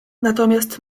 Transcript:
natomiast